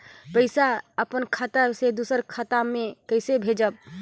पइसा अपन खाता से दूसर कर खाता म कइसे भेजब?